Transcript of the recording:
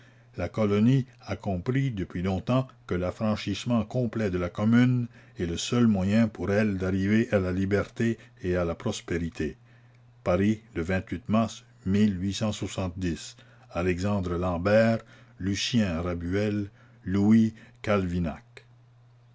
la colonie a compris depuis longtemps que l'affranchissement complet de la commune est le seul moyen pour elle d'arriver à la liberté et à la prospérité paris le mars à lexandre lambert lucien rabuel